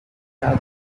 half